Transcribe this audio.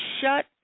shut